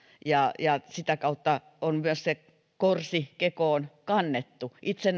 ja ja sitä kautta on myös se korsi kekoon kannettu kun itse